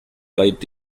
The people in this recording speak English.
light